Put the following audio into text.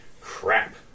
Crap